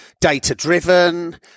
data-driven